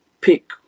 pick